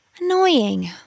Annoying